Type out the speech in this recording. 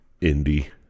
indie